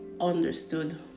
understood